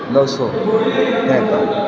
ਦੱਸੋ ਥੈਂਕ